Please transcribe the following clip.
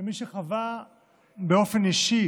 כמי שחווה באופן אישי